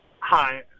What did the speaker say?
Hi